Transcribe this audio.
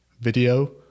video